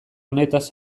honetaz